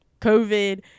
covid